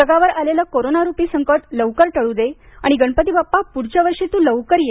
जगावर आलेलं कोरोनारूपी संकट लवकर टळू दे आणि गणपती बाप्पा पुढच्या वर्षी तू लवकर ये